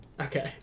Okay